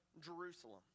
Jerusalem